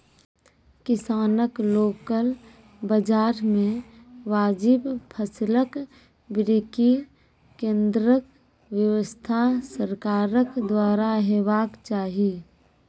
किसानक लोकल बाजार मे वाजिब फसलक बिक्री केन्द्रक व्यवस्था सरकारक द्वारा हेवाक चाही?